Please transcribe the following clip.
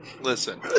Listen